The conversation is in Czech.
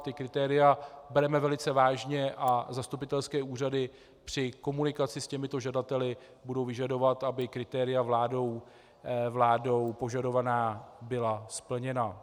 Ta kritéria bereme velice vážně a zastupitelské úřady při komunikaci s těmito žadateli budou vyžadovat, aby kritéria vládou požadovaná byla splněna.